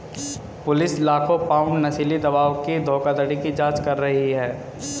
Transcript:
police लाखों pound नशीली दवाओं की धोखाधड़ी की जांच कर रही है